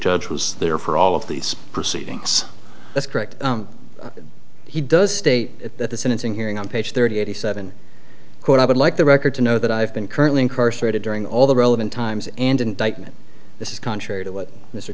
judge was there for all of these proceedings that's correct he does state that the sentencing hearing on page thirty seven quote i would like the record to know that i have been currently incarcerated during all the relevant times and indictment this is contrary to what